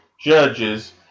judges